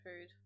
food